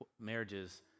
marriages